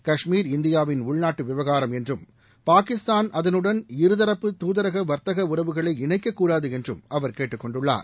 கஷ்மீர் இந்தியாவின் உள்நாட்டு விவகாரம் என்றும் பாகிஸ்தான் அதனுடன் இருதரப்பு தூதரக வர்த்தக உறவுகளை இணைக்க கூடாது என்றும் அவர் கேட்டுக்கொண்டுள்ளார்